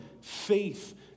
faith